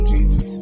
Jesus